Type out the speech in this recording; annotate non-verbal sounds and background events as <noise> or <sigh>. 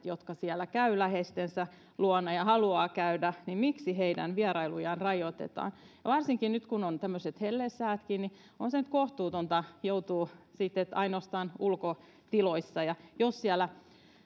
<unintelligible> jotka siellä käyvät läheistensä luona ja haluavat käydä vierailuja rajoitetaan ja varsinkin kun nyt on tämmöiset hellesäätkin niin on se nyt kohtuutonta joutua siihen että ainoastaan ulkotiloissa ja jos siellä